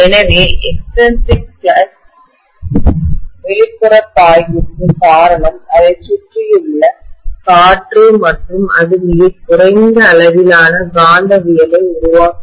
எனவே extrinsic flux வெளிப்புற பாய்வுக்கு காரணம் அதைச் சுற்றியுள்ள காற்று மற்றும் அது மிகக் குறைந்த அளவிலான காந்தவியலை உருவாக்குகிறது